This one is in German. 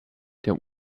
der